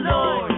Lord